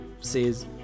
says